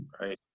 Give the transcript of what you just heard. Right